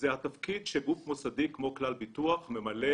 זה התפקיד שגוף מוסדי כמו כלל ביטוח ממלא